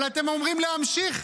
אבל אתם אומרים להמשיך.